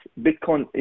Bitcoin